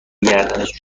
گردنش